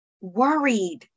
worried